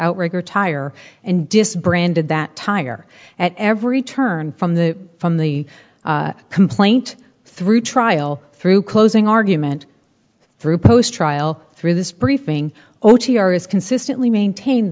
outrigger tire and dist branded that tire at every turn from the from the complaint through trial through closing argument through post trial through this briefing o t r is consistently maintained